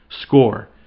Score